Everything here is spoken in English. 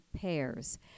pairs